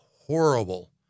horrible